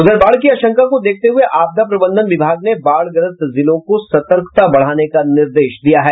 उधर बाढ़ की आशंका को देखते हुए आपदा प्रबंधन विभाग ने बाढ़ग्रस्त जिलों को सतर्कता बढ़ाने का निर्देश दिया है